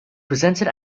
presented